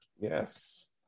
yes